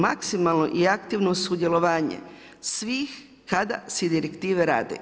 Maksimalno i aktivno sudjelovanje, svih kada se direktive rade.